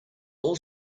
all